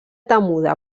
temuda